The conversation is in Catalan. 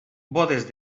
bodes